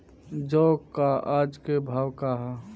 जौ क आज के भाव का ह?